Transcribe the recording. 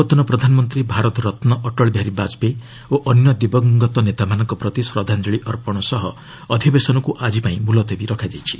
ପୂର୍ବତନ ପ୍ରଧାନମନ୍ତ୍ରୀ ଭାରତରତ୍ନ ଅଟଳବିହାରୀ ବାଜପେୟୀ ଓ ଅନ୍ୟ ଦିବଙ୍ଗତ ନେତାମାନଙ୍କ ପ୍ରତି ଶ୍ରଦ୍ଧାଞ୍ଜଳି ଅର୍ପଣ ସହ ଅଧିବେସନକୁ ଆଜିପାଇଁ ମୁଲତବୀ କରାଯାଇଛି